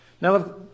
Now